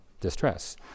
distress